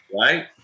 Right